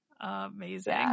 amazing